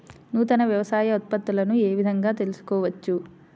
నూతన వ్యవసాయ ఉత్పత్తులను ఏ విధంగా తెలుసుకోవచ్చు?